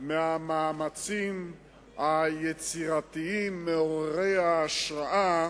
מהמאמצים היצירתיים, מעוררי ההשראה,